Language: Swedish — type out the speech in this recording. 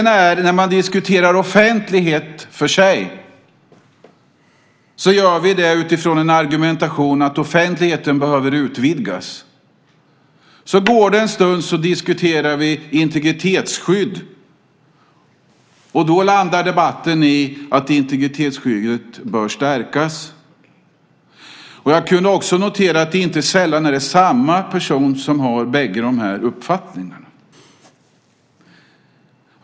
När man diskuterar offentligheten i sig gör man det utifrån argumentationen att offentligheten behöver utvidgas. En stund senare diskuterar man integritetsskyddet, och då landar debatten i att integritetsskyddet bör stärkas. Jag kunde notera att det inte sällan var samma person som hade båda dessa uppfattningar.